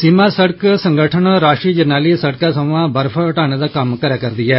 सीमा सड़क संगठन राष्ट्रीय जरनैली शिड़क सोयां बर्फ हटाने दा कम्म करा'रदा ऐ